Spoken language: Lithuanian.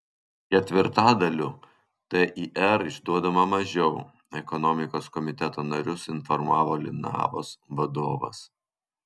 ketvirtadaliu tir išduodama mažiau ekonomikos komiteto narius informavo linavos vadovas